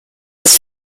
des